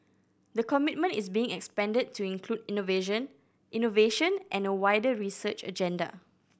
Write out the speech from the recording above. the commitment is being expanded to include innovation and a wider research agenda